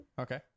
Okay